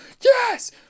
Yes